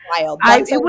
wild